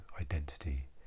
identity